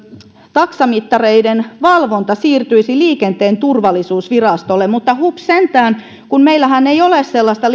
taksamittareiden valvonta siirtyisi liikenteen turvallisuusvirastolle mutta hups sentään kun meillähän ei ole sellaista